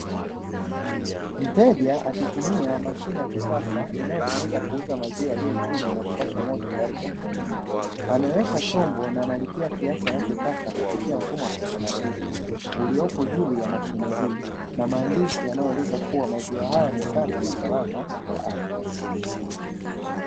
Mteja akitumia mashine ya kisasa inayotumika kuuza maziwa yaliyochujwa na kupashwa moto tayari kwa kunywa, ameweka chombo na analipia kiasi anachotaka kupitia mfumo wa kiotomatiki, uliopo juu ya mashine hii na maandishi yanayoeleza kuwa maziwa haya ni safi na salama kwa afya.